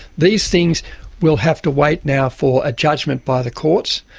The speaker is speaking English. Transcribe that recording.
these things will have to wait now for a judgement by the courts,